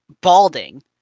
balding